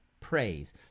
Praise